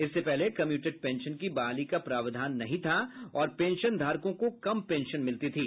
इससे पहले commuted pension की बहाली का प्रावधान नहीं था और पेंशनधारकों को कम पेंशन मिलती थी